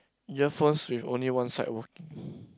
earphones with only one side working